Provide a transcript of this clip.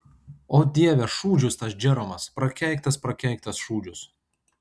o dieve šūdžius tas džeromas prakeiktas prakeiktas šūdžius